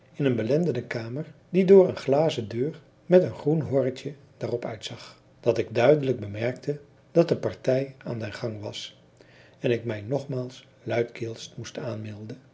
in een belendende kamer die door een glazen deur met een groen horretje daarop uitzag dat ik duidelijk bemerkte dat de partij aan den gang was en ik mij nogmaals luidkeels moest aanmelden